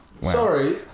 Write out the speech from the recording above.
Sorry